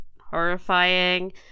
horrifying